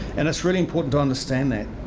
and it's really important to understand that.